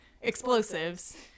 explosives